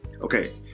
okay